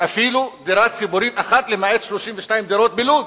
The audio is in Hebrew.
אפילו דירה ציבורית אחת, למעט 32 דירות בלוד,